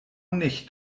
nicht